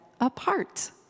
apart